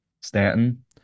Stanton